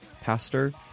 pastor